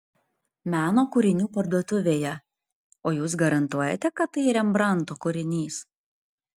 meno kūrinių parduotuvėje o jūs garantuojate kad tai rembrandto kūrinys